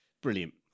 brilliant